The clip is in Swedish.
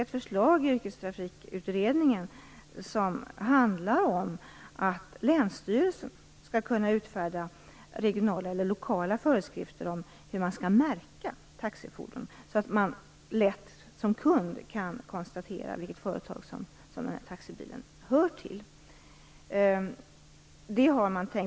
Ett förslag i Yrkestrafikutredningen handlar om att länsstyrelsen skall kunna utfärda regionala/lokala föreskrifter om hur taxifordon skall märkas; detta för att kunden lätt skall kunna konstatera vilket företag taxibilen tillhör.